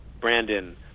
Brandon